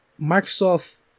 Microsoft